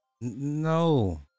no